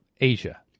Asia